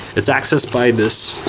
it's accessed by this.